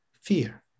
fear